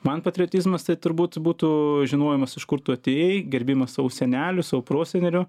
man patriotizmas tai turbūt būtų žinojimas iš kur tu atėjai gerbimas savo senelių savo prosenelių